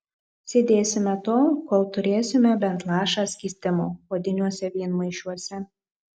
sėdėsime tol kol turėsime bent lašą skystimo odiniuose vynmaišiuose